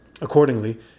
accordingly